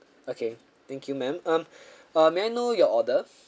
okay thank you ma'am um uh may I know your order